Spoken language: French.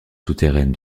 souterraine